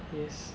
yes